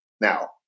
now